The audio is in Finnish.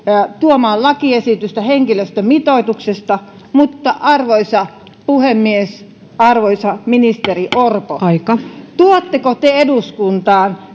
tuomaan lakiesitystä henkilöstömitoituksesta mutta arvoisa puhemies arvoisa ministeri orpo tuotteko te eduskuntaan